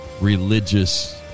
religious